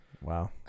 Wow